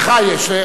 לך יש.